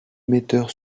metteurs